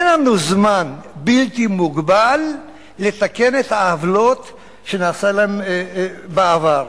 אין לנו זמן בלתי מוגבל לתקן את העוולות שנעשו להם בעבר,